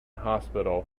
hospital